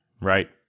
Right